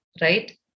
Right